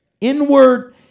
inward